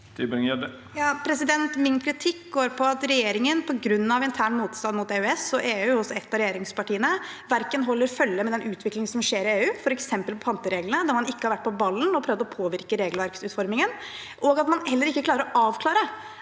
Min kri- tikk går på at regjeringen på grunn av intern motstand mot EØS og EU hos et av regjeringspartiene ikke holder følge med den utviklingen som skjer i EU, f.eks. på pantereglene, der man ikke har vært på ballen og prøvd å påvirke regelverksutformingen, og at man heller ikke klarer å avklare